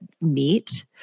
Neat